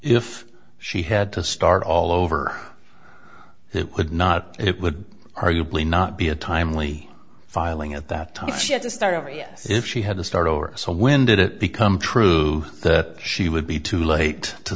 if she had to start all over it would not it would arguably not be a timely filing at that time if she had to start over yet if she had to start over so when did it become true that she would be too late to